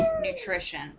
nutrition